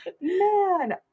man